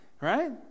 right